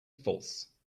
false